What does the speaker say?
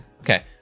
Okay